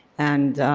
and